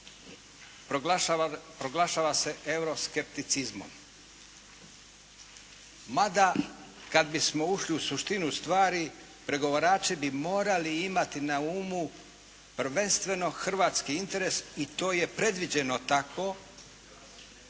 proglašava se euro skepticizmom. Mada kada bismo ušli u suštinu stvari pregovarači bi morali imati na umu prvenstveno hrvatski interes i to je predviđeno tako